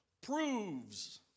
proves